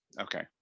okay